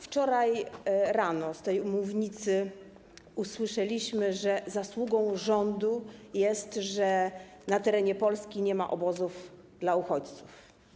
Wczoraj rano z tej mównicy usłyszeliśmy, że zasługą rządu jest, że na terenie Polski nie ma obozów dla uchodźców.